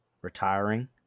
retiring